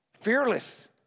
Fearless